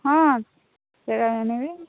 ହଁ ସେରା ବି ନେବି